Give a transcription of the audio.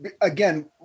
again